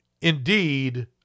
indeed